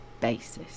basis